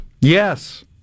Yes